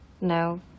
No